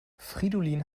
fridolin